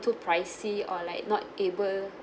too pricey or like not able